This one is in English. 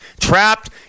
trapped